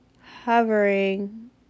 hovering